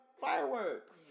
fireworks